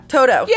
Toto